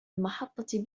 المحطة